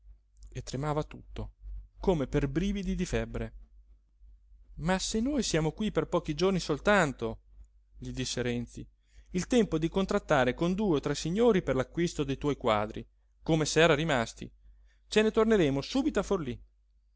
e tremava tutto come per brividi di febbre ma se noi siamo qui per pochi giorni soltanto gli disse renzi il tempo di contrattare con due o tre signori per l'acquisto dei tuoi quadri come s'era rimasti ce ne torneremo subito a forlí